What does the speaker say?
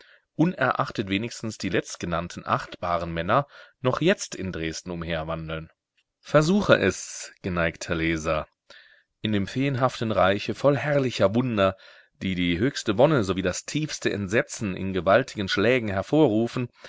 unerachtet wenigstens die letztgenannten achtbaren männer noch jetzt in dresden umherwandeln versuche es geneigter leser in dem feenhaften reiche voll herrlicher wunder die die höchste wonne sowie das tiefste entsetzen in gewaltigen schlägen hervorrufen